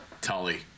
Tully